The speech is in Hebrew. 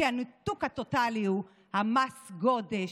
כי הניתוק הטוטלי הוא מס הגודש,